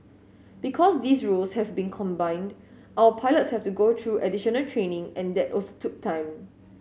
because these roles have been combined our pilots have to go through additional training and that also took time